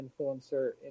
influencer